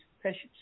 precious